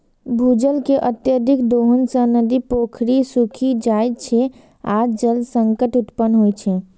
भूजल के अत्यधिक दोहन सं नदी, पोखरि सूखि जाइ छै आ जल संकट उत्पन्न होइ छै